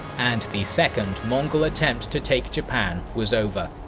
and the second mongol attempt to take japan was over.